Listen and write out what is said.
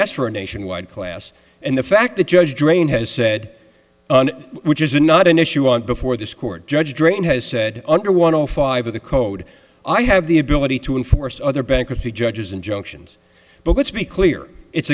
asked for a nationwide class and the fact that judge drain has said which is a not an issue on before this court judge drayton has said under one hundred five of the code i have the ability to enforce other bankruptcy judges injunctions but let's be clear it's